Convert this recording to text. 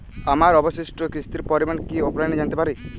আমার অবশিষ্ট কিস্তির পরিমাণ কি অফলাইনে জানতে পারি?